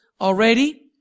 already